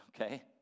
Okay